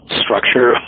structure